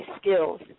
skills